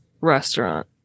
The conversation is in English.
restaurant